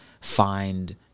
find